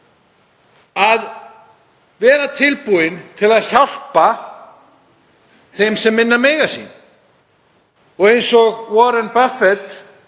að vera tilbúnar til að hjálpa þeim sem minna mega sín. Eða eins og Warren Buffett,